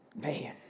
man